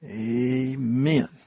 Amen